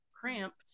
cramped